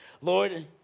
Lord